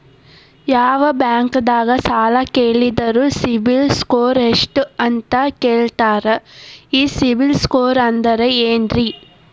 ಯಾವ ಬ್ಯಾಂಕ್ ದಾಗ ಸಾಲ ಕೇಳಿದರು ಸಿಬಿಲ್ ಸ್ಕೋರ್ ಎಷ್ಟು ಅಂತ ಕೇಳತಾರ, ಈ ಸಿಬಿಲ್ ಸ್ಕೋರ್ ಅಂದ್ರೆ ಏನ್ರಿ?